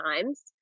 times